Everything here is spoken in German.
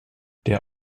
der